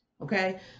Okay